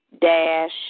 dash